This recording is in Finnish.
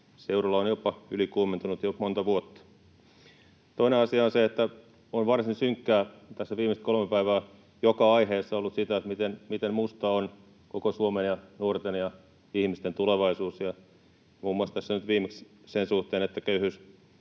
on jopa ylikuumentunut jo monta vuotta. Toinen asia on se, että on varsin synkkää tässä viimeiset kolme päivää joka aiheessa ollut, miten musta on koko Suomen ja nuorten ja ihmisten tulevaisuus, muun muassa tässä nyt viimeksi sen suhteen, että köyhyys